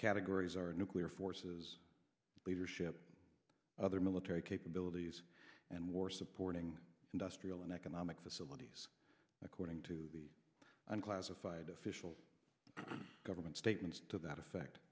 categories our nuclear forces leadership other military capabilities and war supporting industrial and economic facilities according to the unclassified official government statements to that